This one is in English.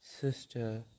sister